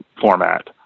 format